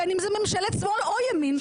בין אם זו ממשלת שמאל או ימין,